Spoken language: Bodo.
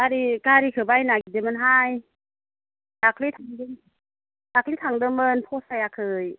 गारि गारिखौ बायनो नागिरदोंमोनहाय दाख्लै थांदों दाख्लै थांदोंमोन फसायाखै